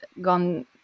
gone